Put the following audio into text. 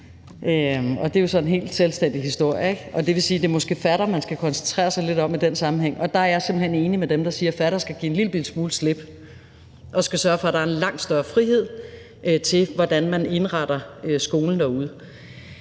det er jo så en hel selvstændig historie, ikke? Det vil sige, at det måske er fatter, man skal koncentrere sig lidt om i den sammenhæng, og der er jeg simpelt hen enig med dem, der siger, at fatter skal give en lillebitte smule slip og sørge for, at der er en langt større frihed, i forhold til hvordan man indretter skolen derude.